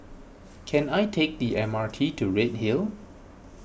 can I take the M R T to Redhill